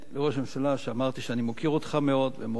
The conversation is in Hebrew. ואמרתי שאני מוקיר אותך מאוד ומאוד מעריך,